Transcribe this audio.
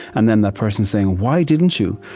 and then that person saying, why didn't you?